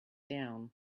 down